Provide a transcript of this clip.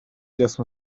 جسم